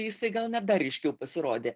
jisai gal net dar ryškiau pasirodė